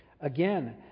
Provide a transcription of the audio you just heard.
Again